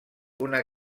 una